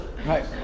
Right